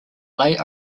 lay